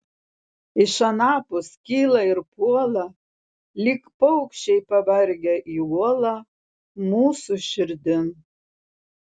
iš anapus kyla ir puola lyg paukščiai pavargę į uolą mūsų širdin